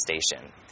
station